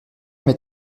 mais